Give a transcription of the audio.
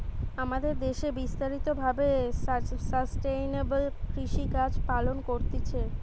আমাদের দ্যাশে বিস্তারিত ভাবে সাস্টেইনেবল কৃষিকাজ পালন করতিছে